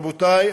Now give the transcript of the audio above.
רבותי,